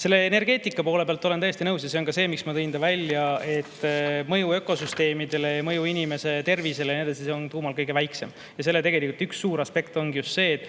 Selle energeetikapoole pealt olen täiesti nõus. See on see, miks ma tõin välja, et mõju ökosüsteemidele, mõju inimese tervisele ja nii edasi on tuuma[jaamal] kõige väiksem. Selle puhul üks suur aspekt ongi just see, et